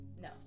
No